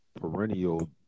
perennial